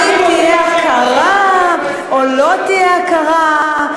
האם תהיה הכרה או לא תהיה הכרה?